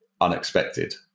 unexpected